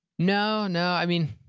no, no. i mean,